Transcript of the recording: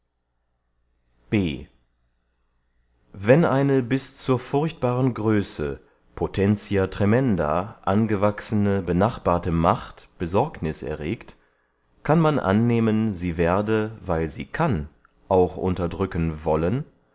wenn eine bis zur furchtbaren größe potentia tremenda angewachsene benachbarte macht besorgnis erregt kann man annehmen sie werde weil sie kann auch unterdrücken wollen